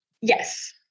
Yes